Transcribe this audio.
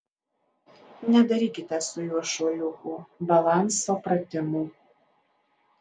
nedarykite su juo šuoliukų balanso pratimų